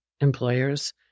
employers